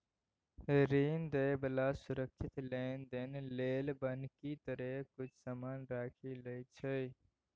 ऋण दइ बला सुरक्षित लेनदेन लेल बन्हकी तरे किछ समान राखि लइ छै